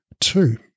Two